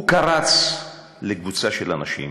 הוא קרץ לקבוצה של אנשים